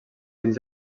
dins